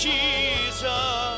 Jesus